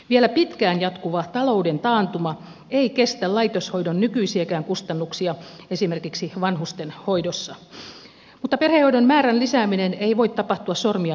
vielä pitkään jatkuva talouden taantuma ei kestä laitoshoidon nykyisiäkään kustannuksia esimerkiksi vanhustenhoidossa mutta perhehoidon määrän lisääminen ei voi tapahtua sormia napsauttamalla